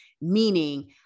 meaning